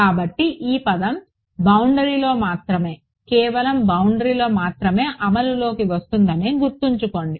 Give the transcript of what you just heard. కాబట్టి ఈ పదం బౌండరీలో మాత్రమే కేవలం బౌండరీలో మాత్రమే అమలులోకి వస్తుందని గుర్తుంచుకోండి